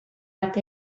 bat